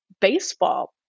baseball